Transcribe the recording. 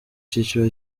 cyiciro